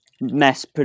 mess